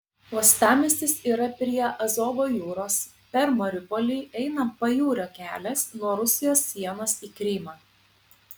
uostamiestis yra prie azovo jūros per mariupolį eina pajūrio kelias nuo rusijos sienos į krymą